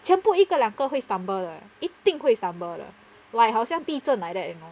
全部一个两个会 stumble 的一定定会 stumble 的 like 好像地震 like that you know